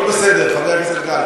הכול בסדר, חבר הכנסת גל.